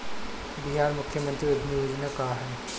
बिहार मुख्यमंत्री उद्यमी योजना का है?